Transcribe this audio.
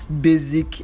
basic